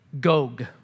Gog